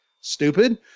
stupid